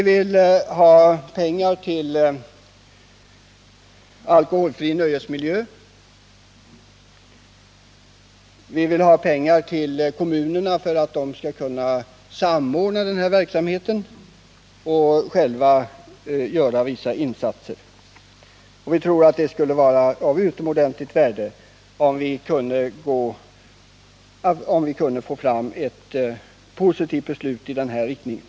Vi vill ha pengar till kommunerna för att de skulle kunna samordna den här verksamheten och själva göra vissa insatser för en alkoholfri nöjesmiljö. Vi tror att det skulle vara av utomordentligt stort värde om vi kunde få ett positivt beslut i den riktningen.